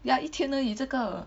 ya 一天而已这个